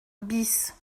bis